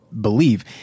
believe